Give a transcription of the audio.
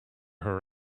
her